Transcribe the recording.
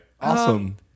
Awesome